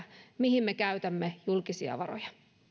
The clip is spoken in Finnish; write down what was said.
mihin me käytämme julkisia varoja